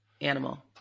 animal